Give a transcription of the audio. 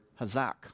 hazak